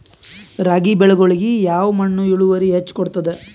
ರಾಗಿ ಬೆಳಿಗೊಳಿಗಿ ಯಾವ ಮಣ್ಣು ಇಳುವರಿ ಹೆಚ್ ಕೊಡ್ತದ?